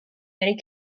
many